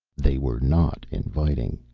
they were not inviting.